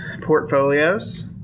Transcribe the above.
portfolios